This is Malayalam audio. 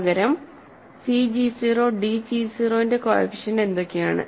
പകരം cg 0 d g 0 ന്റെ കോഎഫിഷ്യന്റ് എന്തൊക്കെയാണ്